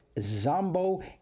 Zombo